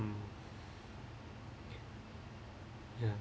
mm ya